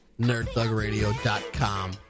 NerdThugRadio.com